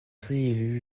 réélu